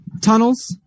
Tunnels